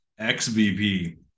XVP